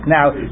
Now